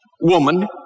woman